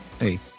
Hey